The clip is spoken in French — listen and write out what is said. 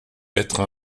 être